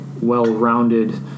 well-rounded